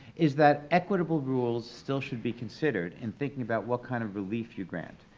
is that equitable rules still should be considered in thinking about what kind of relief you grant.